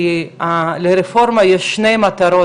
לרפורמה יש שתי מטרות,